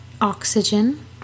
oxygen